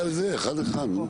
אבל תצביע על זה אחד, אחד.